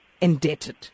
indebted